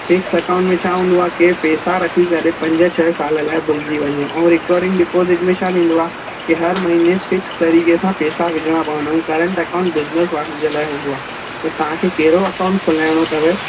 fix account में छा हूंदो आहे के पैसा रखी करे पंज छह साल लाइ भुलिजी वञो ऐं रिकोरिंग डिपॉसिट में छा थींदो आहे कि हर महीने फिक्स तरीक़े सां पैसा विझणा पवंदा ऐं करंट अकाउंट बिज़नेस वारनि जे लाइ हूंदो आहे त तव्हां खे कहिड़ो अकाउंट खोलाइणो अथव